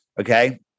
okay